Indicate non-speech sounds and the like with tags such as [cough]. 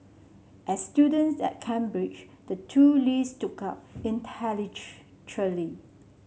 as students at Cambridge the two Lees stood out [unintelligible]